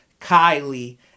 Kylie